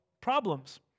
problems